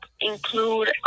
include